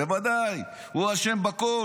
בוודאי, הוא אשם בכול.